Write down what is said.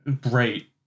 great